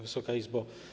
Wysoka Izbo!